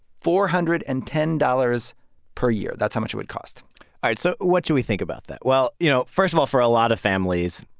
four hundred and ten dollars per year. that's how much it would cost all right. so what should we think about that? well, you know, first of all, for a lot of families,